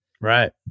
Right